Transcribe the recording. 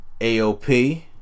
AOP